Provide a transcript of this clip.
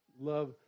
love